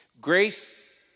Grace